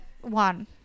one